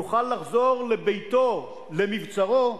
יוכל לחזור לביתו, למבצרו,